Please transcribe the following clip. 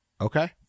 Okay